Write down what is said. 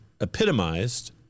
epitomized